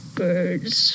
birds